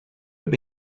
have